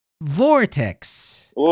Vortex